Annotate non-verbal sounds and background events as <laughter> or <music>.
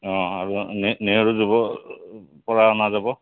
অঁ আৰু নেহেৰু যুৱ <unintelligible> পৰা অনা যাব